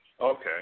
Okay